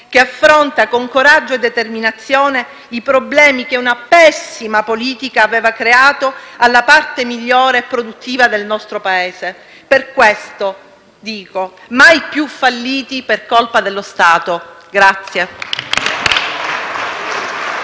che affronta con coraggio e determinazione i problemi che una pessima politica ha creato alla parte migliore e produttiva del nostro Paese. Per questo dico: mai più falliti per colpa dello Stato! *(Applausi